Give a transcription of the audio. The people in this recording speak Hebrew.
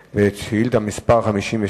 2. האם תתאפשר הורדה ברכסים?